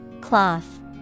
Cloth